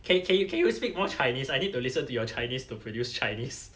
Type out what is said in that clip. can can you can you speak more chinese I need to listen to your chinese to produce chinese